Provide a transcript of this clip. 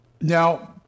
Now